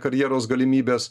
karjeros galimybės